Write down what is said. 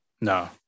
No